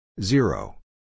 Zero